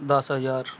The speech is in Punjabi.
ਦਸ ਹਜ਼ਾਰ